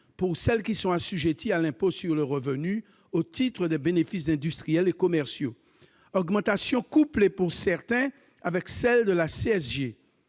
les entreprises assujetties à l'impôt sur le revenu au titre des bénéfices industriels et commerciaux -, augmentation couplée, pour certains, avec celle de la CSG